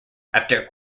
after